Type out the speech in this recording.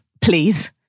Please